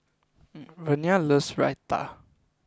Vernia loves Raita